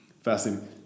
fascinating